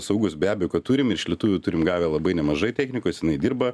saugus be abejo kad turim iš lietuvių turim gavę labai nemažai technikos jinai dirba